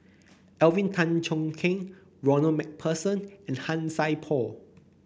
Alvin Tan Cheong Kheng Ronald MacPherson and Han Sai Por